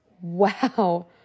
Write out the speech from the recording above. Wow